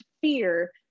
fear